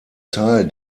teil